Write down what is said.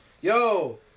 Yo